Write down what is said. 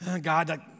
God